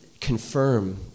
confirm